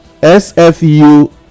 SFU